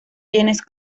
bienes